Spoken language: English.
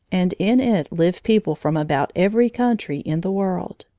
and in it live people from about every country in the world.